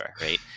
Right